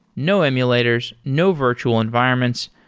no emulators, no virtual environments.